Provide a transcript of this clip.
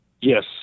Yes